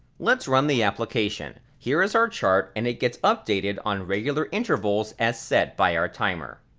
let's run the application. here is our chart and it gets updated on regular intervals as set by our timer.